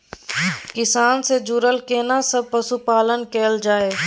किसान से जुरल केना सब पशुपालन कैल जाय?